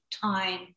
time